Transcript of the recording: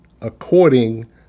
according